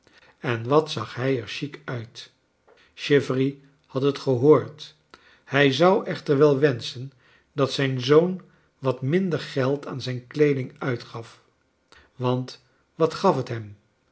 en wat zag hij er chic uit i chivery had het gehoord hij zou echter wel wens ch en dat zijn zoon wat minder geld aan zijn kleeding uitgaf want wat gaf het hem